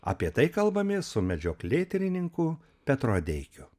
apie tai kalbamės su medžioklėtyrininku petru adeikiu